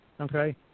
okay